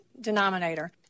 denominator